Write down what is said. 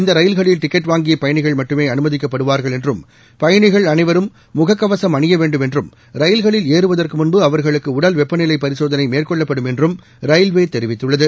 இந்த ரயில்களில் டிக்கெட் வாங்கிய பயணிகள் மட்டுமே அனுமதிக்கப்படுவார்கள் என்றும் பயணிகள் அனைவரும் முகக்கவசம் அணிய வேண்டும் என்றும் ரயில்களில் ஏறுவதற்கு முன்பு அவர்களுக்கு உடல்வெப்பநிலை பரிசோதனை மேற்கொள்ளப்படும் என்றும் ரயில்வே தெரிவித்துள்ளது